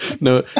No